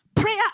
Prayer